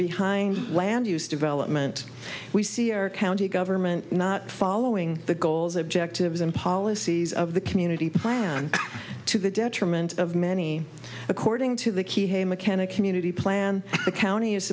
behind land use development we see our county government not following the goals objectives and policies of the community plan to the detriment of many according to the key hey mechanic community plan the county